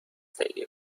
تهیه